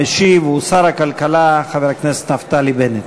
המשיב הוא שר הכלכלה, חבר הכנסת נפתלי בנט.